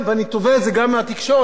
ככל שאני יכול לתבוע משהו ממישהו.